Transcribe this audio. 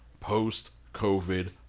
post-COVID